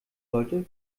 sollte